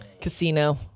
Casino